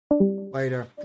Later